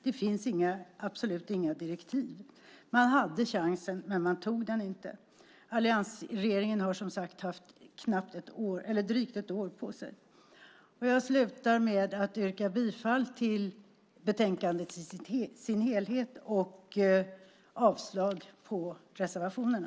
Det finns absolut inga direktiv. Man hade chansen men tog den inte. Alliansregeringen har, som sagt, haft drygt ett år på sig. Jag avslutar mitt anförande med att yrka bifall till utskottets förslag i betänkandet i dess helhet och avslag på reservationerna.